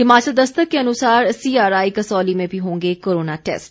हिमाचल दस्तक के अनुसार सीआरआई कसौली में भी होंगे कोरोना टैस्ट